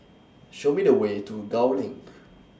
Show Me The Way to Gul LINK